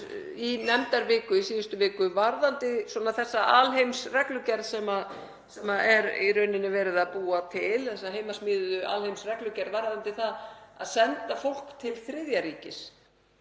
í nefndaviku í síðustu viku varðandi þessa alheimsreglugerð sem er í rauninni verið að búa til, þessa heimasmíðuðu alheimsreglugerð varðandi það að senda fólk til þriðja ríkis,